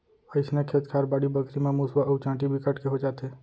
अइसने खेत खार, बाड़ी बखरी म मुसवा अउ चाटी बिकट के हो जाथे